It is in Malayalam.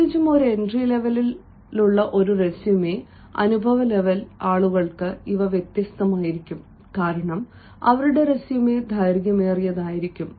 പ്രത്യേകിച്ചും ഒരു എൻട്രി ലെവലിനുള്ള ഒരു റെസ്യുമെ അനുഭവ ലെവൽ ആളുകൾക്ക് ഇവ വ്യത്യസ്തമായിരിക്കും കാരണം അവരുടെ റെസ്യുമെ ദൈർഘ്യമേറിയതായിരിക്കും